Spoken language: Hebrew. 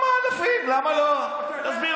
יש הרבה אנשים, אני